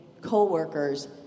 co-workers